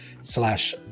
slash